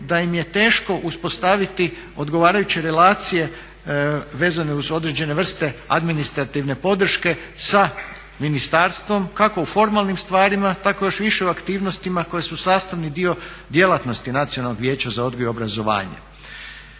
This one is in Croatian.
da im je teško uspostaviti odgovarajuće relacije vezane uz određene vrste administrativne podrške sa ministarstvo kako u formalnim stvarima, tako još više u aktivnostima koje su sastavni dio djelatnosti Nacionalnog vijeća za odgoj i obrazovanje.